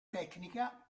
tecnica